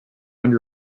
under